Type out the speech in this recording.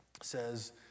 says